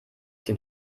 den